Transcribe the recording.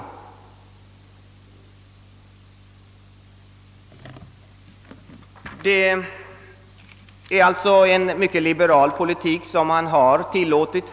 Från fackligt håll har alltså en mycket liberal politik tillåtits.